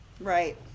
Right